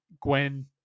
Gwen